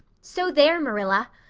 so there, marilla.